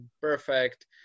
perfect